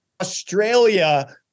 Australia